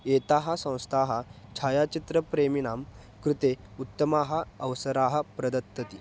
एताः संस्थाः छायाचित्रप्रेमिणां कृते उत्तमाः अवसराः प्रददाति